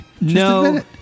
no